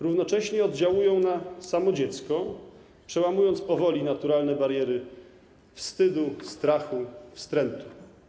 Równocześnie oddziałują na samo dziecko, przełamując powoli naturalne bariery wstydu, strachu, wstrętu.